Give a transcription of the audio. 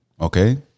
Okay